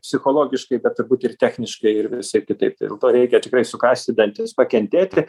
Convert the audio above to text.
psichologiškai bet turbūt ir techniškai ir visaip kitaip dėl to reikia tikrai sukąsti dantis pakentėti